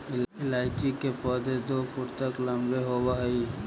इलायची के पौधे दो फुट तक लंबे होवअ हई